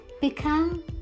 Become